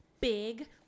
Big